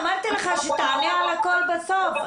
אמרתי לך שתענה על הכול בסוף,